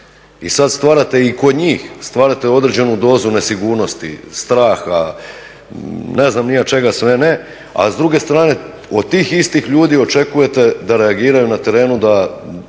i sad stvarate i kod njih, stvarate određenu dozu nesigurnosti, straha, ne zna ni ja čega sve ne, a s druge strane od tih istih ljudi očekujete da reagiraju na terenu da